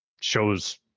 shows